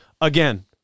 Again